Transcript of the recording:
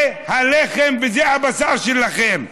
זה הלחם וזה הבשר שלכם.